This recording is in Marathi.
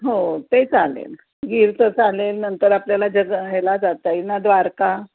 हो ते चालेल गीरचं चालेल नंतर आपल्याला जग ह्याला जाता ईल ना द्वारका